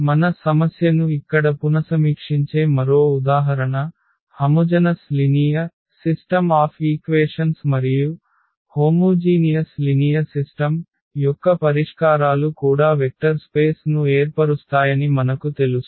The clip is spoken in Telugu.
మన సమస్యను ఇక్కడ పునసమీక్షించే మరో ఉదాహరణ సజాతీయ సరళ సిస్టమ్ ఆఫ్ ఈక్వేషన్స్ మరియు సజాతీయ సరళ వ్యవస్థ యొక్క పరిష్కారాలు కూడా వెక్టర్ స్పేస్ ను ఏర్పరుస్తాయని మనకు తెలుసు